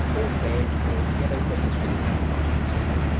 or red or yellow rains with black particles in them,